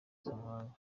z’amahanga